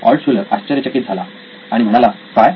Altshuller आश्चर्यचकित झाला आणि म्हणाला काय